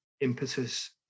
impetus